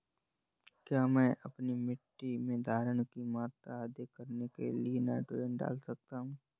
क्या मैं अपनी मिट्टी में धारण की मात्रा अधिक करने के लिए नाइट्रोजन डाल सकता हूँ?